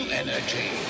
energy